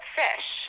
fish